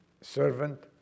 servant